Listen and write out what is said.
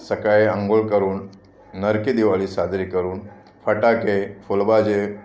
सकाळी अंघोळ करून नरके दिवाळी साजरी करून फटाके फुलबाजे